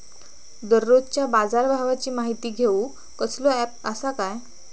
दररोजच्या बाजारभावाची माहिती घेऊक कसलो अँप आसा काय?